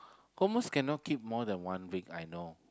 almost cannot keep more than one week I know